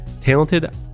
talented